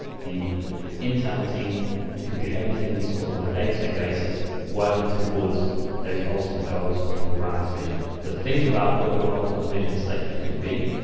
the the internal team can do everything so sort of on a day-to-day basis working towards those ultimate goals or your brand's vision. so think about what your ultimate vision statement could be.